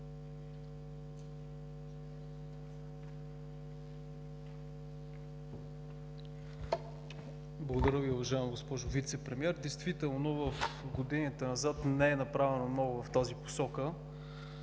Благодаря Ви, уважаема госпожо Вицепремиер. Действително в годините назад не е направено много в тази посока.